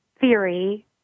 theory